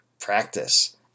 Practice